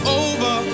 over